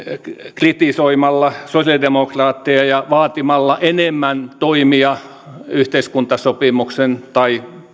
kritisoimalla sosialidemokraatteja ja vaatimalla enemmän toimia yhteiskuntasopimuksen tai